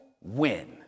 win